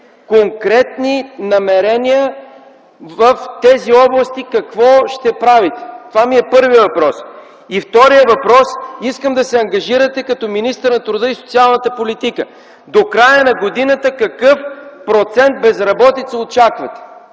конкретни намерения в тези области? Какво ще правите? Това е първият ми въпрос. Вторият въпрос, конкретно искам да се ангажирате като министър на труда и социалната политика до края на годината какъв процент безработица очаквате,